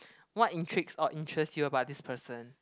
what intrigues or interest you about this person